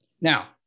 Now